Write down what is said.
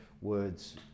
words